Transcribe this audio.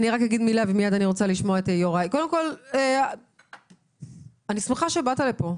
אני שמחה שבאתם לפה,